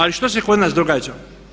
Ali što se kod nas događa?